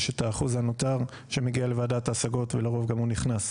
יש האחוז הנותר שמגיע לוועדת ההשגות ולרוב גם הוא נכנס.